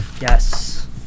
Yes